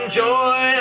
joy